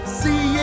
see